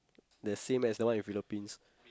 the same as the one in Philippines